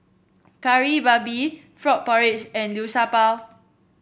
Kari Babi Frog Porridge and Liu Sha Bao